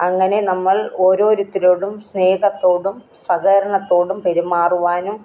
അങ്ങനെ നമ്മൾ ഓരോരുത്തരോടും സ്നേഹത്തോടും സഹകരണത്തോടും പെരുമാറുവാനും